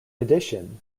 addition